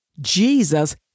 Jesus